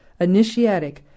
initiatic